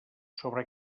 sobre